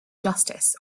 justice